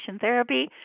therapy